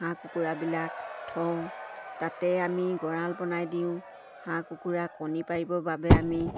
হাঁহ কুকুৰাবিলাক থওঁ তাতে আমি গঁৰাল বনাই দিওঁ হাঁহ কুকুৰা কণী পাৰিবৰ বাবে আমি